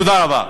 תודה רבה.